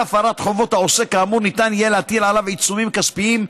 על הפרת חובות העוסק כאמור ניתן יהיה להטיל עליו עיצומים כספיים,